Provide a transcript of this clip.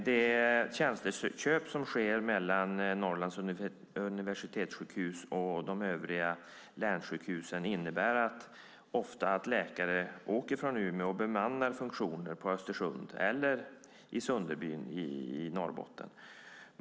De tjänsteköp som sker mellan Norrlands universitetssjukhus och de övriga länssjukhusen innebär ofta att läkare åker från Umeå och bemannar funktioner i Östersund eller i Sundebyn i Norrbotten.